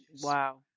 Wow